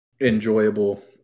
enjoyable